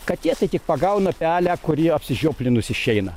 katė tai tik pagauna pelę kuri apsižioplinus išeina